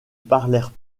parlèrent